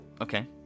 okay